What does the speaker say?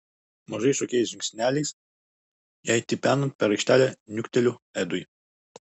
mažais šokėjos žingsneliais jai tipenant per aikštelę niukteliu edui